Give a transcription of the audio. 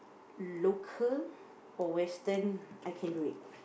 local or western I can do it